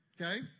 Okay